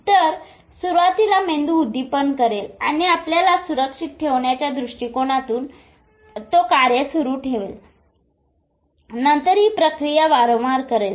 तर सुरुवातीला मेंदू उद्दीपन करेल आणि आपल्याला सुरक्षित ठेवण्याच्या दृष्टिकोनातून तो कार्य सुरु ठेवेल आणि नंतर हि प्रक्रिया तो वारंवार करेल